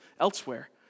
elsewhere